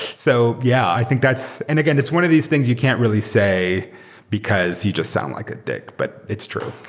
so yeah, i think that's and again, it's one of these things you can't really say because you just sound like a dick, but it's true.